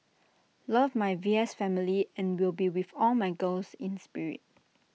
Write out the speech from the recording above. love my V S family and will be with all my girls in spirit